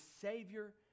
savior